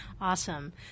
Awesome